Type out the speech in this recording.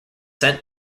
sent